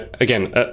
again